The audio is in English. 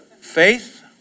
Faith